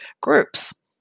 groups